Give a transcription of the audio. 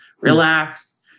relax